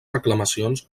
reclamacions